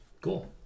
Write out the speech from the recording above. Cool